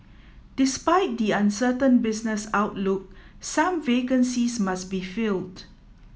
despite the uncertain business outlook some vacancies must be filled